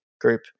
group